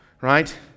Right